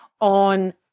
on